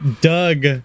doug